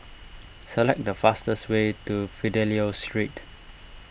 select the fastest way to Fidelio Street